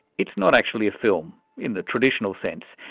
it's not actually a film in the traditional sense.